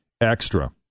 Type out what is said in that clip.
Extra